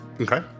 Okay